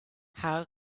how